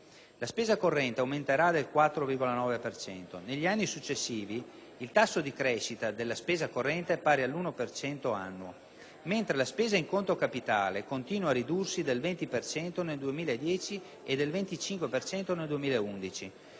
La spesa corrente aumenterà del 4,9 per cento. Negli anni successivi, il tasso di crescita della spesa corrente è pari all'1 per cento annuo, mentre la spesa in conto capitale continua a ridursi del 20 per cento nel 2010